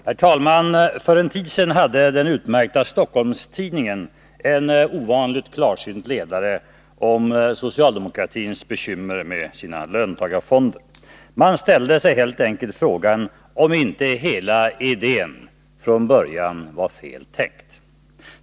Herr talman! För en tid sedan hade den utmärkta Stockholms-Tidningen en ovanligt klarsynt ledare om socialdemokratins bekymmer med sina löntagarfonder. Man ställde sig helt enkelt frågan om inte hela idén från början varit feltänkt.